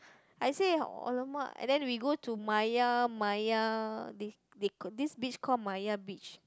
I say !alamak! and then we go to Maya Maya they they this beach called Maya beach